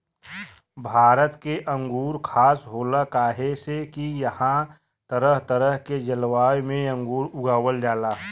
भारत के अंगूर खास होला काहे से की इहां तरह तरह के जलवायु में अंगूर उगावल जाला